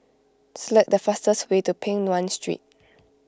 select the fastest way to Peng Nguan Street